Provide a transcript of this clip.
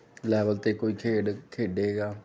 level 'ਤੇ ਕੋਈ ਖੇਡ ਖੇਡੇਗਾ